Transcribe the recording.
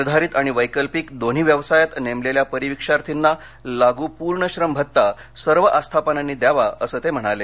निर्धारित आणि वैकल्पिक दोन्ही व्यवसायात नेमलेल्या परिविक्षार्थींना लाग पूर्ण श्रम भत्ता सर्व आस्थापनांनी द्यावा असं ते म्हणाले